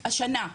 כן, רק השנה.